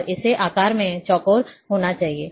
और इसे आकार में चौकोर होना चाहिए